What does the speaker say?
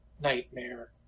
nightmare